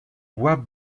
bois